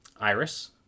Iris